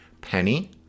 Penny